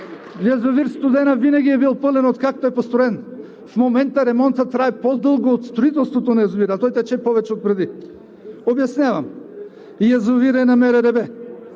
Язовир „Студена“ винаги е бил пълен, откакто е построен. В момента ремонтът трае по-дълго от строителството на язовира, а той тече повече отпреди. Обяснявам – язовирът е на МРРБ,